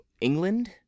England